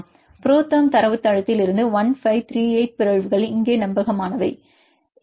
புரோதெர்ம் தரவுத்தளத்திலிருந்து 1 5 3 8 பிறழ்வுகள் இங்கே நம்பகமானவை பெறலாம்